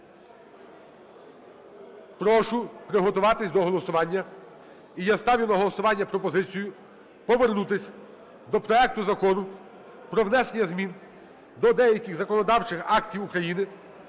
Прошу приготуватись до голосування. І я ставлю на голосування пропозицію повернутись до проекту Закону про внесення змін до деяких законодавчих актів України